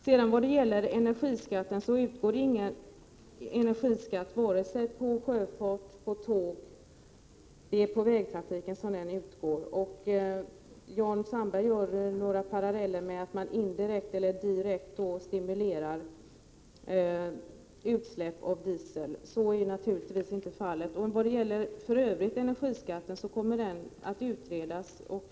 Vidare utgår det ingen energiskatt på vare sig sjöfart eller tågtrafik utan det är på vägtrafiken den utgår. Jan Sandberg drar paralleller med att man indirekt eller direkt stimulerar utsläpp av diesel. Så är naturligtvis inte fallet. För övrigt kommer energiskattens framtida utformning att utredas.